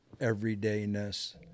everydayness